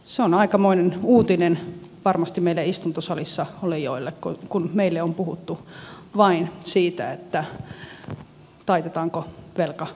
se on aikamoinen uutinen varmasti meille istuntosalissa olijoille kun meille on puhuttu vain siitä taitetaanko velka vai ei